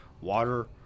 water